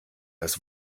das